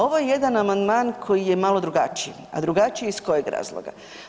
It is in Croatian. Ovo je jedan amandman koji je malo drugačiji, a drugačiji je iz kojeg razloga?